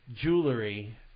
jewelry